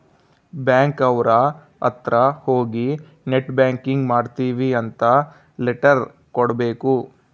bank ಅವ್ರ ಅತ್ರ ಹೋಗಿ ನೆಟ್ ಬ್ಯಾಂಕಿಂಗ್ ಮಾಡ್ತೀವಿ ಅಂತ ಲೆಟರ್ ಕೊಡ್ಬೇಕು